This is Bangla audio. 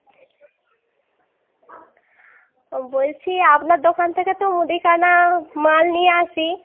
বলছি আপনার দোকান থেকে তো মুদিখানা মাল নিয়ে আসি